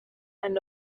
end